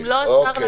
אם לא, --- אוקיי.